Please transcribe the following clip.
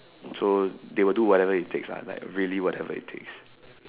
so they will do whatever it takes lah like really whatever it takes